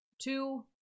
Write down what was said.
Two